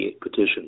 petition